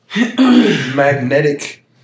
magnetic